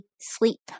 sleep